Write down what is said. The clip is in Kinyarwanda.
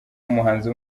umuhanzi